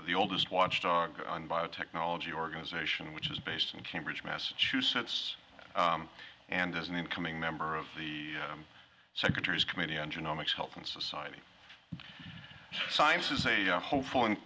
the oldest watchdog in biotechnology organization which is based in cambridge massachusetts and is an incoming member of the secretary's committee and you know much help in society science is a hopeful